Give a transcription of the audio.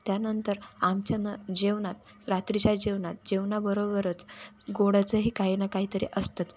त्यानंतर आमच्या न जेवणात रात्रीच्या जेवणात जेवणाबरोबरच गोडाचंही काही ना काहीतरी असतंच